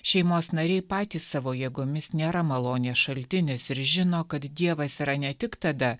šeimos nariai patys savo jėgomis nėra malonės šaltinis ir žino kad dievas yra ne tik tada